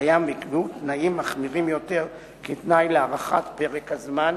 הקיים ונקבעו תנאים מחמירים יותר כתנאי להארכת פרק הזמן